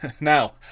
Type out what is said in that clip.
now